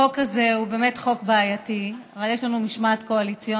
החוק הזה הוא באמת חוק בעייתי אבל יש לנו משמעת קואליציונית,